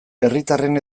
herritarren